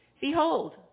Behold